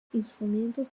instrumentos